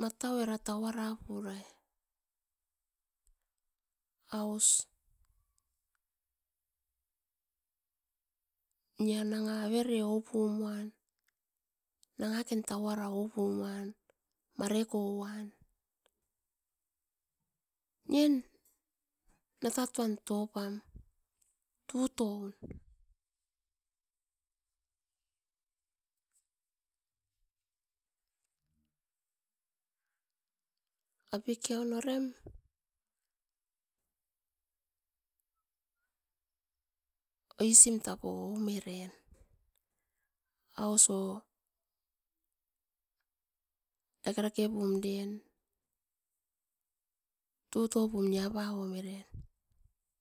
matau era taurapurai, aus n inanga avere oupum uan nangaken taura oupum uan marekoan nien natatuan topam tuton apiken orem oisim tako omoren aus oh dakerakepum eren totopum niapavum eren.